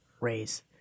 raise